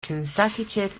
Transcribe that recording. consecutive